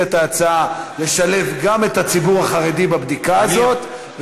את ההצעה לשלב גם את הציבור החרדי בבדיקה הזאת,